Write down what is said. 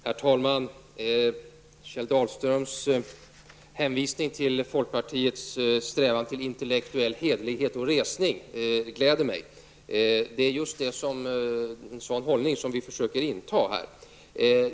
Herr talman! Kjell Dahlströms hänvisning till folkpartiets strävan till intellektuell hederlighet och resning gläder mig. Det är just en sådan hållning som vi försöker inta.